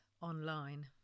online